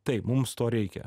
taip mums to reikia